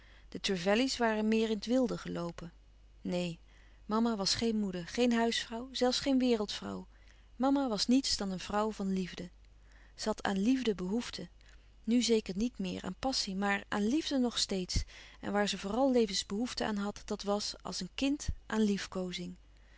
de trevelley's waren meer in het wilde geloopen neen mama was geen moeder geen huisvrouw zelfs geen wereldvrouw mama was niets dan een vrouw van liefde ze had aan liefde behoefte nu zeker niet meer aan passie maar aan liefde nog steeds en waar ze vooral levensbehoefte aan had dat was als een kind aan liefkoozing